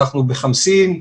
אנחנו בחמסין,